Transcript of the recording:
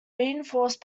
reinforced